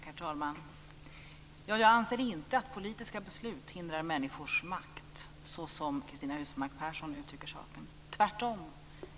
Herr talman! Jag anser inte att politiska beslut hindrar människors makt såsom Cristina Husmark Pehrsson uttrycker saken, tvärtom.